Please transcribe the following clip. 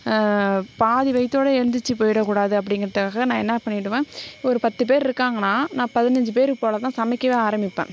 பாதி வயிற்றோட எழுந்துச்சு போய்விடக்கூடாது அப்படிங்கிட்டாக நான் என்ன பண்ணிவிடுவேன் ஒரு பத்து பேர் இருக்காங்கன்னா நான் பதினைஞ்சி பேருக்கு போல் தான் சமைக்கவே ஆரம்பிப்பேன்